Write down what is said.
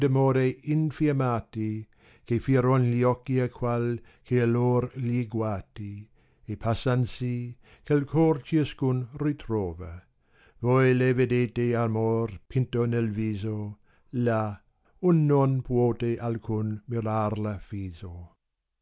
infiammati che fieron gli occhi a qua i che allor gli guati e passan sì che'l cor ciascun ritrova voi le vedete amor pinto nel viso là u non puote alcun mirarla fiso